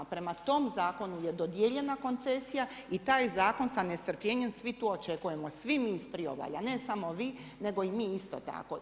Prema tom zakonu je dodijeljena koncesija i taj zakon sa nestrpljenjem svi tu očekujemo, svi mi s priobalja, ne samo vi, nego i mi isto tako.